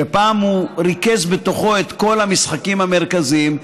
שפעם הוא ריכז בתוכו את כל המשחקים המרכזיים,